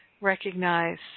recognize